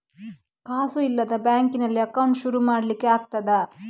ಕಾಸು ಇಲ್ಲದ ಬ್ಯಾಂಕ್ ನಲ್ಲಿ ಅಕೌಂಟ್ ಶುರು ಮಾಡ್ಲಿಕ್ಕೆ ಆಗ್ತದಾ?